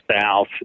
south